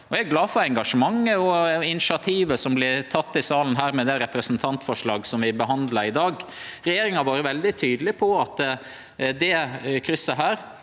Eg er glad for engasjementet og initiativet som vert teke i salen her, med det representantforslaget vi behandlar i dag. Regjeringa har vore veldig tydeleg på at dette krysset er